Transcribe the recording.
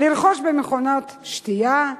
לרכוש במכונת שתייה,